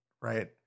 right